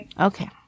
Okay